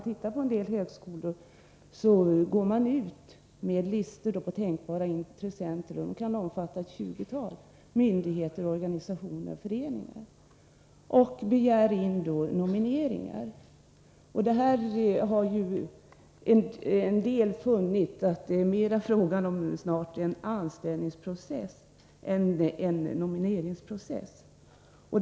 Vissa högskolor har listor på tänkbara intressenter att gå ut till, som kan omfatta ett tjugotal myndigheter, organisationer och föreningar, och av dessa begär man in nomineringar. En del har funnit att det snart mera är fråga om en anställningsprocess än en nomineringsprocess.